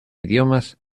idiomas